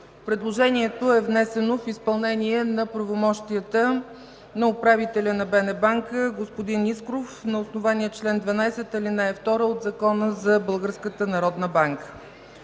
Предложението е внесено в изпълнение на правомощията на управителя на БНБ господин Искров на основание чл. 12, ал. 2 от Закона за